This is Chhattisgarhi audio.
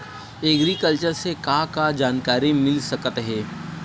एग्रीकल्चर से का का जानकारी मिल सकत हे?